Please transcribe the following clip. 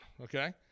okay